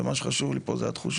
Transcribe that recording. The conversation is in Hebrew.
ומה שחשוב לי פה זה התחושות,